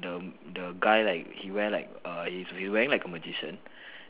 the the guy like he wear like err he's be wearing like a magician